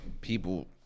people